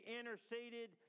interceded